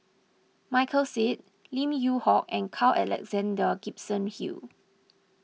Michael Seet Lim Yew Hock and Carl Alexander Gibson Hill